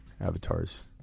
Avatars